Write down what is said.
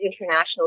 international